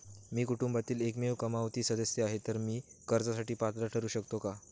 मी कुटुंबातील एकमेव कमावती सदस्य आहे, तर मी कर्जासाठी पात्र ठरु शकतो का?